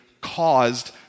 caused